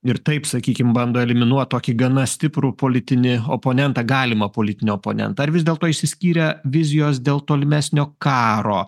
ir taip sakykim bando eliminuot tokį gana stiprų politinį oponentą galimą politinį oponentą ar vis dėlto išsiskyrė vizijos dėl tolimesnio karo